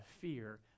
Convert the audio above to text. fear